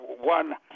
one